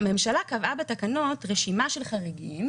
הממשלה קבעה בתקנות רשימה של חריגים,